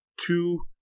two